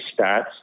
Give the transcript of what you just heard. stats